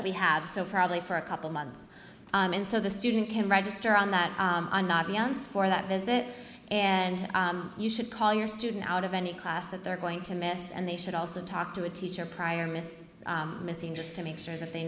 that we have so probably for a couple months and so the student can register on that on the audience for that visit and you should call your student out of any class that they're going to miss and they should also talk to a teacher prior miss missing just to make sure that they